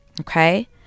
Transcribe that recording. okay